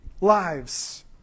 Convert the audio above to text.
lives